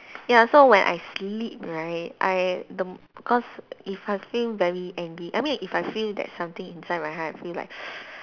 ya so when I sleep right I the because if I feel very angry I mean if I feel that something inside my heart I feel like